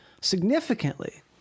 significantly